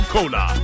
Cola